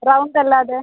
round അല്ലാതെ